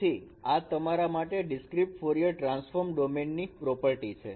તેથી આ તમારા માટે ડીસ્ક્રિટ ફોરયર ટ્રાન્સફોર્મ ડોમેનની પ્રોપર્ટી છે